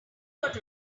got